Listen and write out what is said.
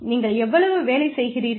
நீங்கள் எவ்வளவு வேலை செய்கிறீர்கள்